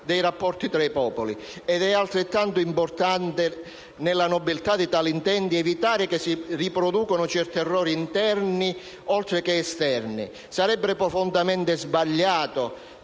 dei rapporti tra i popoli, ed è altrettanto importante, nella nobiltà di tali intenti, evitare che si riproducano certi errori, interni oltre che esterni. Sarebbe profondamente sbagliato